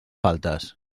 faltes